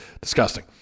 disgusting